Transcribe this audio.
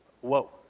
whoa